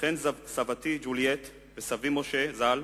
וכן סבתי ג'ולייט וסבי משה ז"ל,